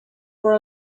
for